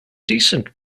decent